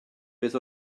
beth